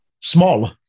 Small